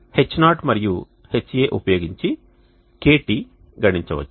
H0 మరియు Ha ఉపయోగించి KT గణించవచ్చు